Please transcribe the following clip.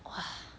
!wah!